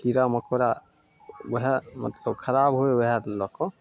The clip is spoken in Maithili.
कीड़ा मकोड़ा वएह मतलब खराब होइ हइ वएह लअ कऽ